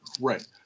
Right